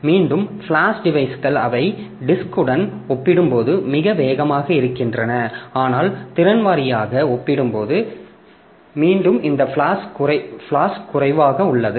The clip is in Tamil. மீண்டும் ஃபிளாஷ் டிவைஸ்கள் அவை டிஸ்க் உடன் ஒப்பிடும்போது மிக வேகமாக இருக்கின்றன ஆனால் திறன் வாரியாக மீண்டும் இந்த ஃபிளாஷ் குறைவாக உள்ளது